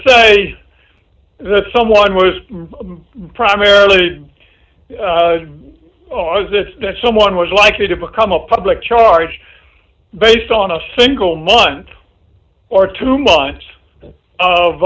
say that someone was primarily or was this that someone was likely to become a public charge based on a single month or two months of